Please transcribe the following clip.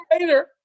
later